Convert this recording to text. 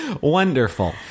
Wonderful